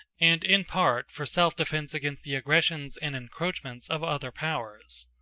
and in part for self-defense against the aggressions and encroachments of other powers.